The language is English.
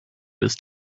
was